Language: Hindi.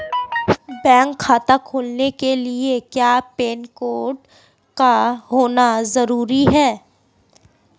बैंक खाता खोलने के लिए क्या पैन कार्ड का होना ज़रूरी है?